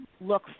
look